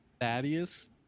Thaddeus